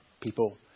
people